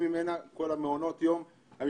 כל מעונות היום, מרוצים ממנה.